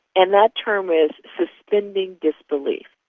and that term is suspending disbelief.